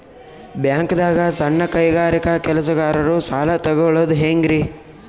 ಬ್ಯಾಂಕ್ದಾಗ ಸಣ್ಣ ಕೈಗಾರಿಕಾ ಕೆಲಸಗಾರರು ಸಾಲ ತಗೊಳದ್ ಹೇಂಗ್ರಿ?